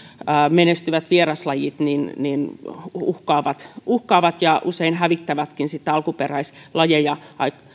menestyvät vieraslajit uhkaavat uhkaavat ja usein hävittävätkin sitten alkuperäislajeja